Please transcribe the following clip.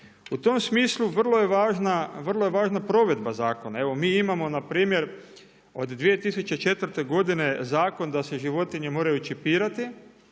U tom smislu vrlo je važna provedba zakona, evo mi imao npr. od 2004. godine zakon da se životinje moraju čipirati,